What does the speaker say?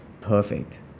perfect